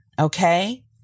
Okay